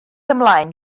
ymlaen